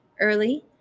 Early